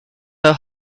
her